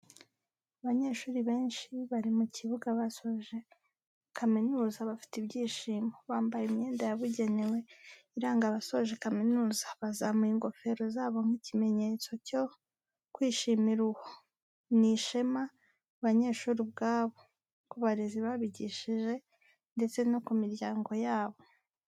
Abanyeshuri benshi bari mu kibuga basoje kamizuza bafite ibyishimo, bambaye imyenda yabugenewe iranga abasoje kaminuza bazamuye ingofero zabo nk'ikimenyetso cyo kwishimira uwo, ni ishema ku banyeshuri ubwabo, ku barezi babigishije ndetse no ku miryango yabo.